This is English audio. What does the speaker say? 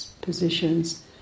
positions